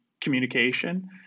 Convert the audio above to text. communication